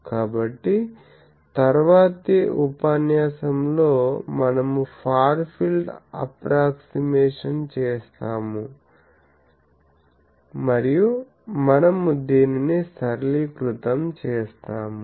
కాబట్టి తరువాత ఉపన్యాసంలో మనము ఫార్ ఫీల్డ్ అప్ప్రోక్సిమేషషన్ చేస్తాము మరియు మనము దీనిని సరళీకృతం చేస్తాము